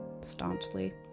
staunchly